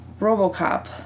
RoboCop